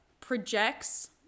projects